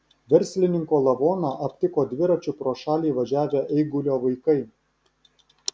verslininko lavoną aptiko dviračiu pro šalį važiavę eigulio vaikai